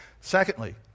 Secondly